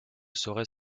saurait